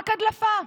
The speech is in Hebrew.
רק הדלפה.